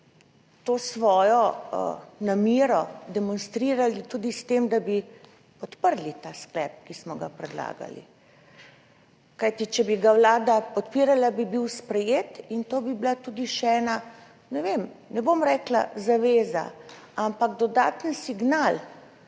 to svojo namero demonstrirali tudi s tem, da bi podprli ta sklep, ki smo ga predlagali. Kajti če bi ga vlada podpirala, bi bil sprejet in to bi bila tudi še ena, ne vem, ne bom rekla zaveza, ampak dodaten signal,